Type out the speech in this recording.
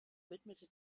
widmete